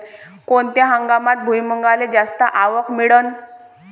कोनत्या हंगामात भुईमुंगाले जास्त आवक मिळन?